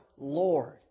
Lord